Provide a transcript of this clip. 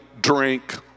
drink